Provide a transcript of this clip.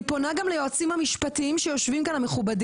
אני פונה גם ליועצים המשפטיים המכובדים